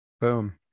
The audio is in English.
Boom